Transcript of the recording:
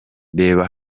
reba